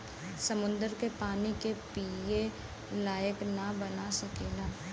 समुन्दर के पानी के पिए लायक ना बना सकेला